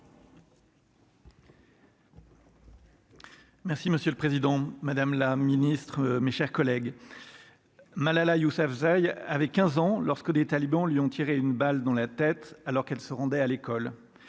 Merci monsieur le président, madame la ministre, mes chers collègues Malala Yousafzai il avait 15 ans lorsque les talibans lui ont tiré une balle dans la tête alors qu'elle se rendait à l'école,